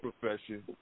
profession